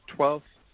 Twelfth